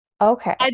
okay